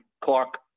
Clark